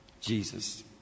jesus